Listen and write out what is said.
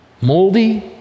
moldy